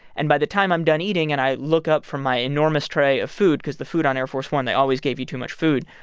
and by the time i'm done eating and i look up from my enormous tray of food because the food on air force one, they always gave you too much food.